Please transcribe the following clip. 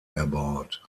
erbaut